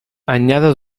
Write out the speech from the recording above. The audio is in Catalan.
anyada